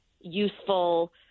useful